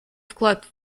вклад